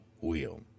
wheel